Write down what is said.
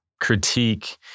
critique